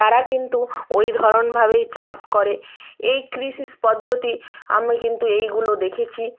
তারা কিন্তু ওই ধরনভাবেই চাষ করে এই কৃষি পদ্ধতি আমি কিন্তু এইগুলো দেখেছি